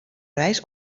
reis